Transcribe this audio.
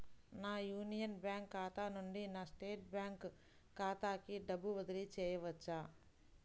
నా union bank ఖాతా నుండి నా స్టేట్ బ్యాంకు ఖాతాకి డబ్బు బదిలి చేయవచ్చా?